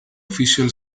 official